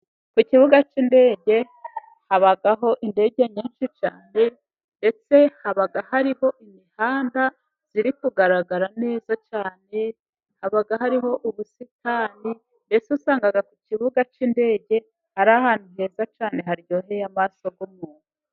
Ku kibuga cy'indege, habaho indege nyinshi cyane, ndetse haba hariho imihanda, ziri kugaragara neza cyane, haba hariho ubusitani, mbese usanga ku kibuga cy'indege, ari ahantu heza cyane, haryoheye amaso y,umuntu.